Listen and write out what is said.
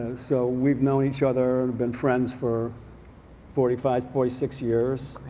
so we've known each other and been friends for forty five forty six years.